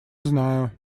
знаю